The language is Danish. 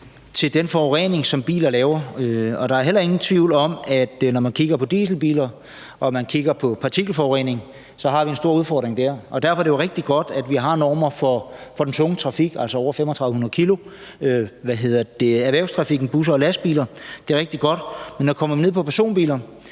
til den forurening, som biler laver. Og der er heller ingen tvivl om, at når man kigger på dieselbiler og man kigger på partikelforurening, har vi en stor udfordring der, og derfor er det jo rigtig godt, at vi har normer for den tunge trafik over 3.500 kg, altså erhvervstrafikken, busser og lastbiler. Det er rigtig godt. Men når vi kommer ned på personbiler,